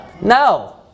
No